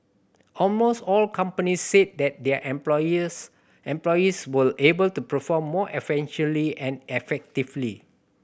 almost all companies said that their employees employees were able to perform more efficiently and effectively